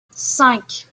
cinq